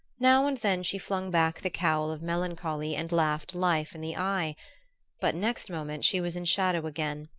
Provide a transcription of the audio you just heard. now and then she flung back the cowl of melancholy and laughed life in the eye but next moment she was in shadow again,